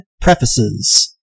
prefaces